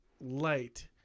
light